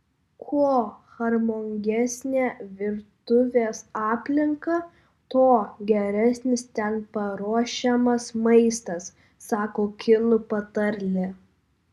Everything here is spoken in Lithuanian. kuo harmoningesnė virtuvės aplinka tuo geresnis ten paruošiamas maistas sako kinų patarlė